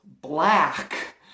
black